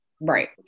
Right